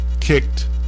kicked